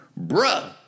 Bruh